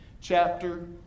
chapter